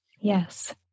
Yes